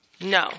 No